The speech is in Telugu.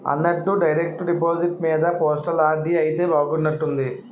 అన్నట్టు డైరెక్టు డిపాజిట్టు మీద పోస్టల్ ఆర్.డి అయితే బాగున్నట్టుంది